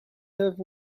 have